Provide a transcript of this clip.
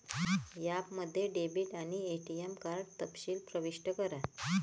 ॲपमध्ये डेबिट आणि ATM card तपशील प्रविष्ट करा